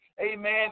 amen